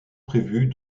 prévus